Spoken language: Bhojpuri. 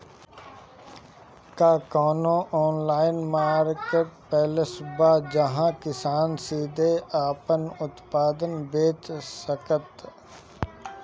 का कोनो ऑनलाइन मार्केटप्लेस बा जहां किसान सीधे अपन उत्पाद बेच सकता?